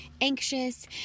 anxious